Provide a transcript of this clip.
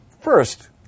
first